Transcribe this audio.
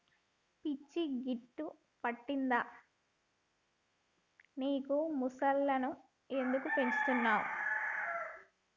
పిచ్చి గిట్టా పట్టిందా నీకు ముసల్లను ఎందుకు పెంచుతున్నవ్